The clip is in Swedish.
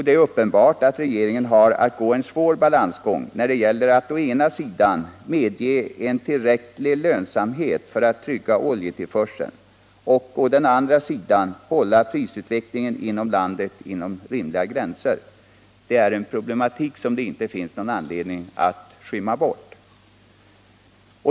Det är uppenbart att regeringen har att gå en svår balansgång, där det gäller å ena sidan att medge en tillräcklig lönsamhet för att trygga oljetillförseln och å andra sidan att hålla prisutvecklingen i landet inom rimliga gränser. Det är en problematik som det inte finns någon anledning att skymma undan.